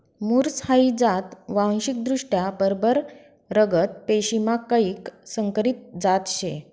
मुर्स हाई जात वांशिकदृष्ट्या बरबर रगत पेशीमा कैक संकरीत जात शे